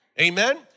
amen